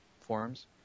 forums